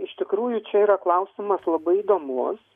iš tikrųjų čia yra klausimas labai įdomus